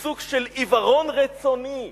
בסוג של עיוורון רצוני,